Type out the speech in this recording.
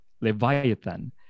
Leviathan